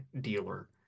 dealer